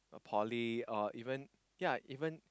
poly or even ya even